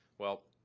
well,